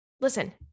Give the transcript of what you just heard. listen